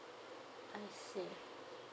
I see